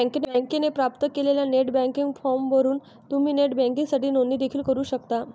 बँकेने प्राप्त केलेला नेट बँकिंग फॉर्म भरून तुम्ही नेट बँकिंगसाठी नोंदणी देखील करू शकता